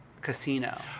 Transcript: casino